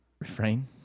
refrain